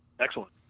excellent